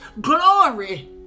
glory